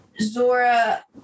Zora